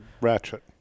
ratchet